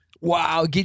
Wow